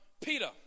peter